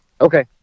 okay